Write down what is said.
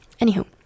anywho